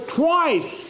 twice